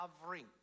covering